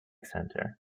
center